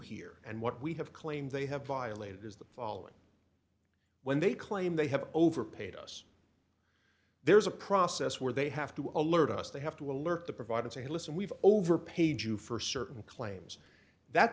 here and what we have claimed they have violated is the following when they claim they have overpaid us there's a process where they have to alert us they have to alert the provide and say listen we've overpaid you for certain claims that